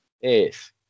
Yes